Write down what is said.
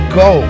go